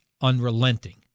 unrelenting